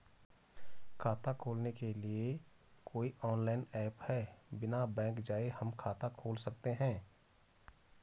खाता खोलने के लिए कोई ऑनलाइन ऐप है बिना बैंक जाये हम खाता खोल सकते हैं?